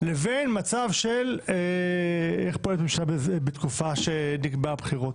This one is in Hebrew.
לבין מצב של התקופה שבו נקבע הבחירות.